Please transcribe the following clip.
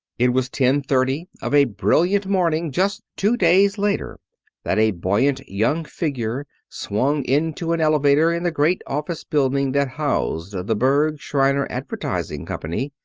it was ten-thirty of a brilliant morning just two days later that a buoyant young figure swung into an elevator in the great office building that housed the berg, shriner advertising company.